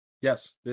Yes